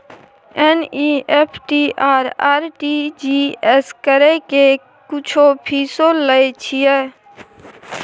NEFT आ RTGS करै के कुछो फीसो लय छियै?